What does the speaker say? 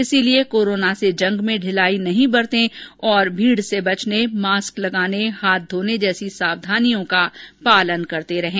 इसीलिये कोरोना से जंग में ढिलाई नहीं बरतें और भीड़ से बचने मास्क लगाने हाथ धोने जैसी सावधानियों का पालन करें